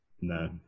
no